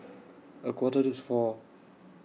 A Quarter to four